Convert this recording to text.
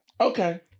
Okay